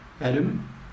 adam